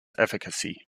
efficacy